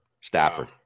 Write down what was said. Stafford